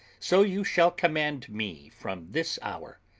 so you shall command me from this hour,